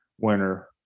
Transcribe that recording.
winner